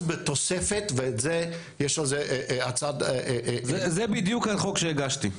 בתוספת ואת זה יש על זה הצעת -- זה בדיוק החוק שהגשתי.